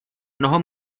mnoho